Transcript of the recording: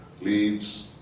leads